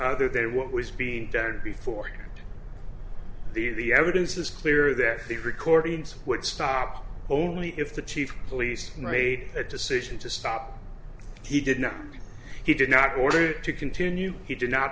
other than what was being done before the the evidence is clear that the recordings would stop only if the chief of police made that decision to stop he did not he did not order it to continue he did not